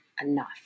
enough